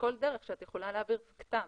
בכל דרך שאת יכולה להעביר כתב.